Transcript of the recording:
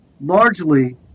largely